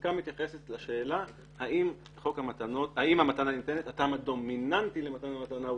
הפסיקה מתייחסת לשאלה האם הטעם הדומיננטי למתן המתנה הוא